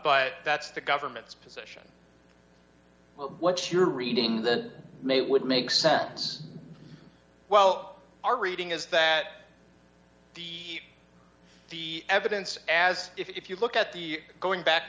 but that's the government's position what's your reading the may would make sense well our reading is that the the evidence as if you look at the going back